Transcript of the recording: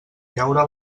llaura